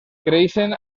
creixen